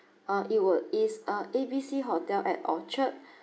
uh it were is uh A B C hotel at orchard